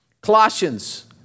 Colossians